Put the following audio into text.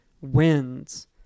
wins